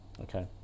Okay